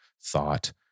thought